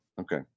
okay